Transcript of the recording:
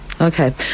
Okay